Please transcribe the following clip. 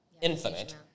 infinite